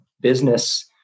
business